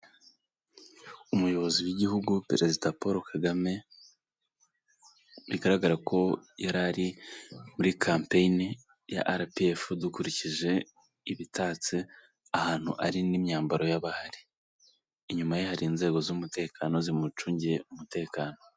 Umuyobozi w'igihugu perezida paul kagame bigaragara ko yari ari muri kampeyini ya rpf dukurikije ibitatse ahantu ari n'imyambaro y'abahari inyuma ye hari inzego z'umutekano zimucungiye umutekano